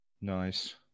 Nice